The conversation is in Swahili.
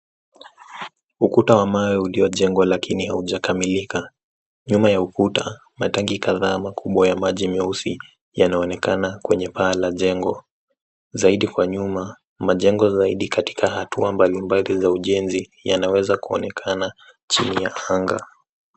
Ukuta wa mawe uliyojengwa lakini haujakamilika. Nyuma ya ukuta matangi kadhaa makubwa ya maji meusi yanaonekana kwenye paa la jengo. Zaidi kwa nyuma, majengo zaidi katika hatua mbalimbali za ujenzi yanaweza kuonekana chini ya anga.